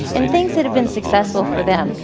and things that have been successful for them.